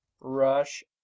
Rush